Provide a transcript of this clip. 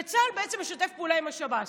וצה"ל משתף פעולה עם השב"ס.